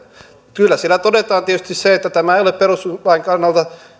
kyllä siellä todetaan tietysti se että tämä ei ole perustuslain kannalta